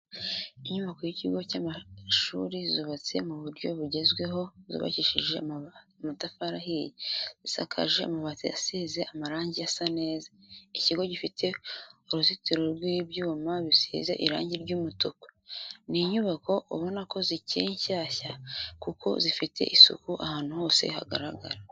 Inyubako y'ikigo cy'amashuri zubatse mu buryo bugezweho zubakishije amatafari ahiye, zisakaje amabati zisize amarange asa neza, ikigo gifite uruzitiro rw'ibyuma bisize irangi ry'umutuku. Ni inyubako ubona ko zikiri nshya kuko zifite isuku ahantu hose hagaragara.